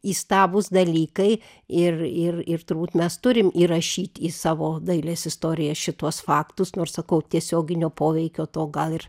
įstabūs dalykai ir ir ir turbūt mes turim įrašyt į savo dailės istoriją šituos faktus nors sakau tiesioginio poveikio to gal ir